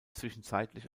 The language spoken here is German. zwischenzeitlich